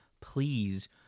Please